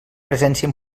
presència